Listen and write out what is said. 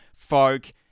folk